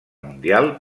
mundial